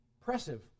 impressive